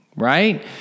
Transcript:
right